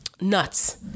Nuts